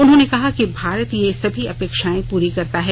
उन्होंने कहा कि भारत ये सभी अपेक्षाएं पूरी करता है